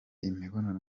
imibonano